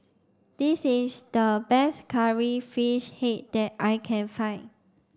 this is the best curry fish head that I can find